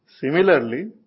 Similarly